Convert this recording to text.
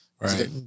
Right